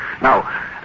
Now